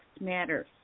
matters